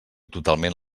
totalment